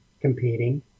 competing